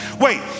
Wait